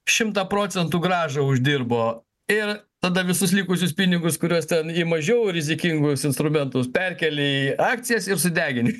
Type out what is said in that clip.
šimtą procentų grąžą uždirbo ir tada visus likusius pinigus kuriuos ten į mažiau rizikingus instrumentus perkėli į akcijas ir sudegini